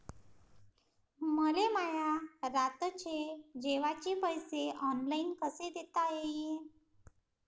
मले माया रातचे जेवाचे पैसे ऑनलाईन कसे देता येईन?